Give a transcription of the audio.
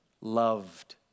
loved